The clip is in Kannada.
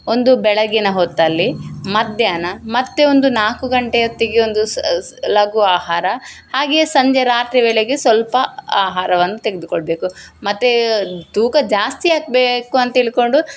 ಒಂದು ಬೆಳಗಿನ ಹೊತ್ತಲ್ಲಿ ಮಧ್ಯಾಹ್ನ ಮತ್ತೆ ಒಂದು ನಾಲ್ಕು ಗಂಟೆ ಹೊತ್ತಿಗೆ ಒಂದು ಲಘು ಆಹಾರ ಹಾಗೇ ಸಂಜೆ ರಾತ್ರಿ ವೇಳೆಗೆ ಸ್ವಲ್ಪ ಆಹಾರವನ್ನು ತೆಗೆದುಕೊಳ್ಬೇಕು ಮತ್ತೆ ತೂಕ ಜಾಸ್ತಿ ಆಗ್ಬೇಕು ಅಂತ ತಿಳಕೊಂಡು